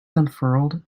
unfurled